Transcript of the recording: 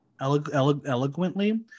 eloquently